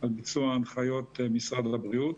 על ביצוע הנחיות משרד הבריאות.